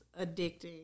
addicting